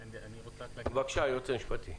בבקשה, היועץ המשפטי.